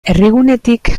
herrigunetik